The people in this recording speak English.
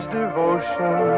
devotion